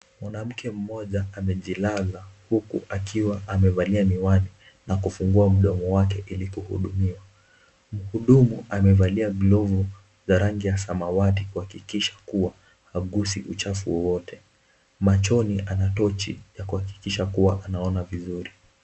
Mwanamke mmoja amejilaza huku akiwa amevalia miwani na kufungua mdomo wake ili kuhudumiwa, muhudumu amevalia glove za rangi ya samawati kuhakikisha kuwa hagusi uchafu wowowte. Machoni ana tochi kuhakikisha anaona vizuri.